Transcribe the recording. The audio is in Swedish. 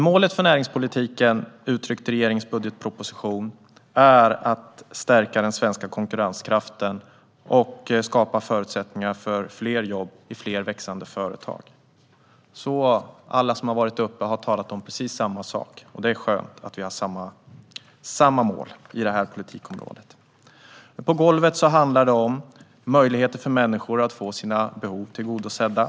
Målet för näringspolitiken uttryckt i regeringens budgetproposition är att stärka den svenska konkurrenskraften och skapa förutsättningar för fler jobb i fler växande företag. Alla som har varit uppe här i talarstolen har alltså talat om precis samma sak, och det är skönt att vi har samma mål gällande det här politikområdet. På golvet handlar det om möjligheter för människor att få sina behov tillgodosedda.